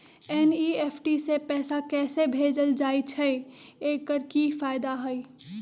NEFT से पैसा कैसे भेजल जाइछइ? एकर की फायदा हई?